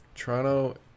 Toronto